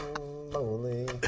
lonely